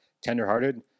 tender-hearted